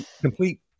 complete